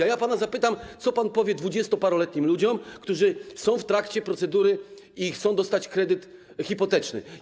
A ja pana zapytam, co pan powie dwudziestoparoletnim ludziom, którzy są w trakcie procedury kredytowej, bo chcą dostać kredyt hipoteczny.